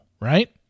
right